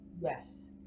Yes